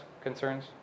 concerns